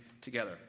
together